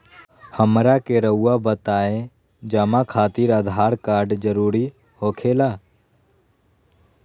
हमरा के रहुआ बताएं जमा खातिर आधार कार्ड जरूरी हो खेला?